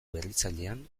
berritzailean